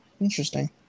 Interesting